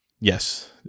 Yes